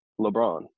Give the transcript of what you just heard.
LeBron